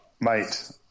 mate